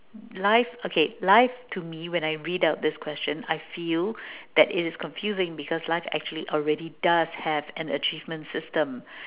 life okay life to me when I read out this question I feel that it is confusing because life actually already does have an achievement system